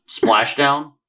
Splashdown